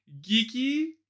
geeky